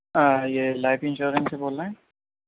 یہ life insurance سے بول رہے ہیں